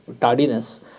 tardiness